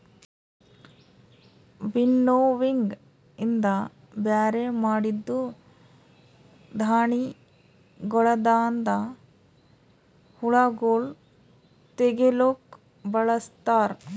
winnowing ಇಂದ ಬ್ಯಾರೆ ಮಾಡಿದ್ದೂ ಧಾಣಿಗೊಳದಾಂದ ಹುಳಗೊಳ್ ತೆಗಿಲುಕ್ ಬಳಸ್ತಾರ್